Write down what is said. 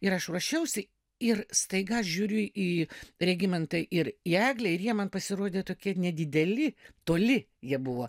ir aš ruošiausi ir staiga žiūriu į regimantai ir į eglę ir jie man pasirodė tokie nedideli toli jie buvo